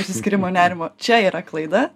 išsiskyrimo nerimo čia yra klaida